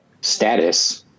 status